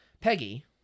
Peggy